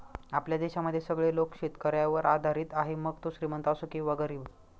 आपल्या देशामध्ये सगळे लोक शेतकऱ्यावर आधारित आहे, मग तो श्रीमंत असो किंवा गरीब